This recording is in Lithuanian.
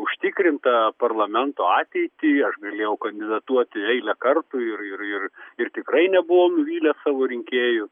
užtikrintą parlamento ateitį aš galėjau kandidatuoti eilę kartų ir ir ir ir tikrai nebuvomau nuvylęs savo rinkėjų